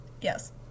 Yes